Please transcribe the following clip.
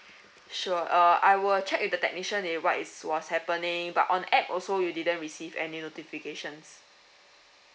sure uh I will check with the technician it what is was happening but on app also you didn't receive any notifications